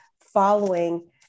following